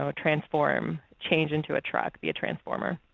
um transform, change into a truck. be a transformer.